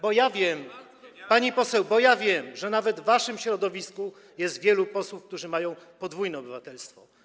Bo ja wiem, pani poseł, że nawet w waszym środowisku jest wielu posłów, którzy mają podwójne obywatelstwo.